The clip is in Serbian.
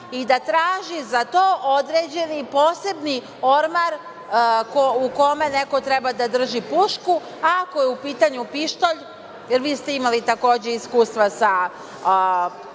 i da traži za to određeni posebni ormar u kome neko treba da drži pušku, a ako je u pitanju pištolj, jer vi ste imali takođe iskustva sa oružjem,